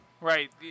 Right